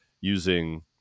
using